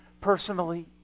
personally